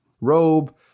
robe